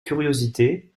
curiosités